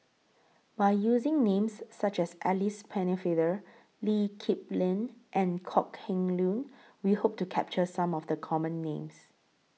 By using Names such as Alice Pennefather Lee Kip Lin and Kok Heng Leun We Hope to capture Some of The Common Names